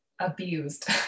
abused